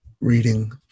reading